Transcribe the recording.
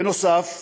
בנוסף,